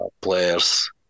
players